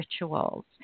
rituals